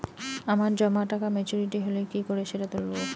আমার জমা টাকা মেচুউরিটি হলে কি করে সেটা তুলব?